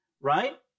Right